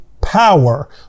power